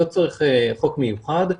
לא צריך חוק מיוחד,